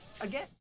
again